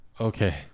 okay